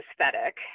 aesthetic